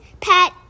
Pat